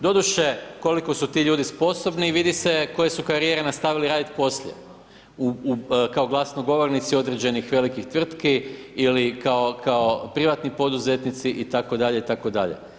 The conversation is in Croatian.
Doduše koliko su ti ljudi sposobni, vidi se koje su karijere nastavili raditi poslije, kao glasnogovornici određenih velikih tvrtki ili kao privatni poduzetnici, itd. itd.